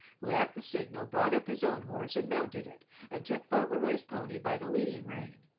who at the signal brought up his own horse and mounted it and took fauntleroy's pony by the leading-rein.